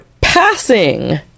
passing